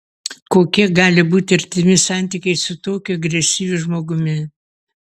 kokie gali būti artimi santykiai su tokiu agresyviu žmogumi